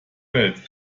welt